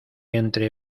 entre